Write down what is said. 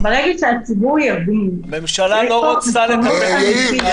ברגע שהציבור יבין --- הממשלה לא רוצה לטפל במגפה.